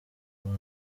rwo